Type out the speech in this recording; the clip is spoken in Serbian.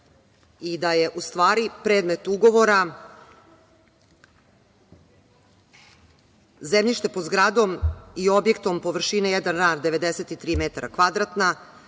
i da je u stvari predmet ugovora zemljište pod zgradom i objektom površine jedan ar 93 m2